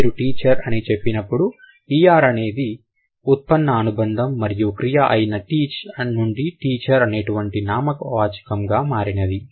మీరు టీచర్ అనే చెప్పినప్పుడు అనేది ఉత్పన్న అనుబంధం మరియు క్రియ అయిన నుండి అనేటువంటి నామవాచకము గా మార్చినది